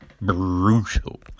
brutal